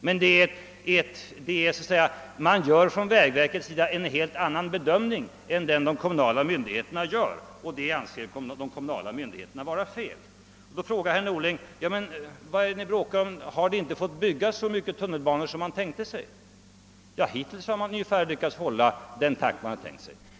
Men vägverket gör en helt annan bedömning än de kommunala myndigheterna, och det anser de kommunala myndigheterna vara fel. Vidare frågade herr Norling: Men vad är det ni här bråkar om? Har ni inte fått så mycket tunnelbanor byggda som ni tänkte er? Jo, hittills har man lyckats hålla ungefär den takt som var tänkt.